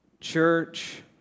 Church